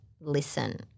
listen